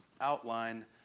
outline